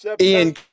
Ian